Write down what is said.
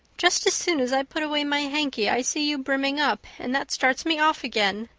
just as soon as i put away my hanky i see you brimming up and that starts me off again.